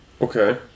Okay